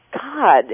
God